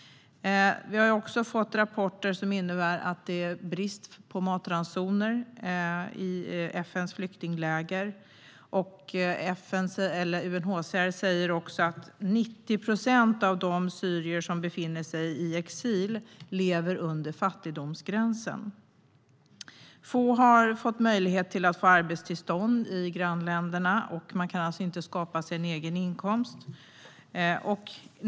Vi har fått rapporter om att det är brist på matransoner i FN:s flyktingläger. UNHCR säger att 90 procent av de syrier som befinner sig i exil lever under fattigdomsgränsen. Få har fått möjlighet till arbetstillstånd i grannländerna och kan alltså inte skapa sig en egen inkomst.